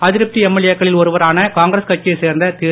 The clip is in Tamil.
அதிருப்தி எம்எல்ஏ க்களில் ஒருவரான காங்கிரஸ் கட்சியைச் சேர்ந்த திரு